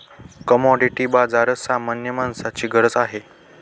commodity बाजार सामान्य माणसाची गरज आहे